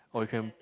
or you can